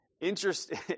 interesting